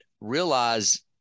realize